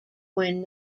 when